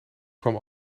kwam